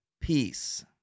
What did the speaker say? peace